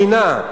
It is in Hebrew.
בינה?